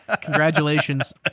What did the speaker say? Congratulations